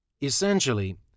Essentially